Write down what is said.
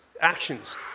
actions